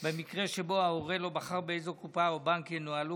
במקרה שבו ההורה לא בחר באיזה קופה או בנק ינוהלו